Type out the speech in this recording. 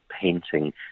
painting